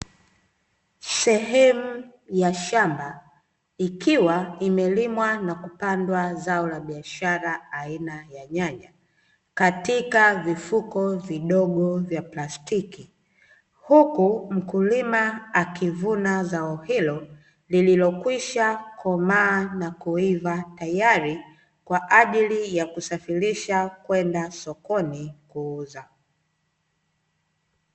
Sehemu ya shamba ikiwa imelimwa na kupandwa zao la biashara aina ya nyanya, katika vifuko vidogo vya plastiki huku mkulima akivuna zao hilo lililokwisha komaa na kuiva tayari kwa ajili ya kusafirisha kwenda sokoni kuuza.